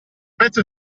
pezzo